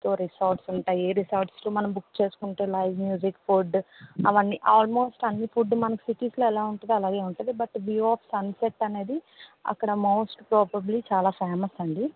so resorts ఉంటాయి resorts మనము book చెసుకుంటే లైవ్ మ్యూజిక్ ఫుడ్ అవన్నీ ఆల్మోస్ట్ అన్ని ఫుడ్ మనకి సిటీస్లో ఎలాగ ఉంటదో అలాగే ఉంటుంది బట్ వ్యూ అఫ్ సన్సెట్ అనేది అక్కడ మోస్ట్ ప్రోపబ్లి చాలా ఫేమస్ అండీ